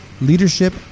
leadership